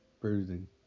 bruising